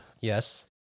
Yes